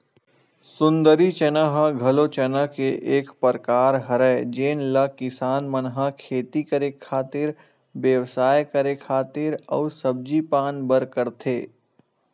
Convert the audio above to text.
सुंदरी चना ह घलो चना के एक परकार हरय जेन ल किसान मन ह खेती करे खातिर, बेवसाय करे खातिर अउ सब्जी पान बर करथे